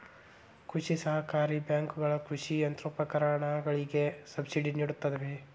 ಕೃಷಿ ಸಹಕಾರಿ ಬ್ಯಾಂಕುಗಳ ಕೃಷಿ ಯಂತ್ರೋಪಕರಣಗಳಿಗೆ ಸಬ್ಸಿಡಿ ನಿಡುತ್ತವೆ